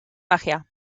magia